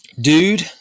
Dude